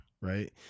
right